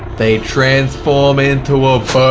they transform into a